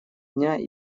дня